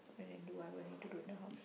then I do whatever I need to do in the house